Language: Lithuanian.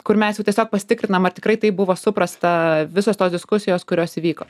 kur mes jau tiesiog pasitikrinam ar tikrai taip buvo suprasta visos tos diskusijos kurios įvyko